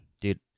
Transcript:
dude